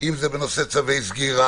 אם זה בנושא צווי סגירה,